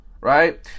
Right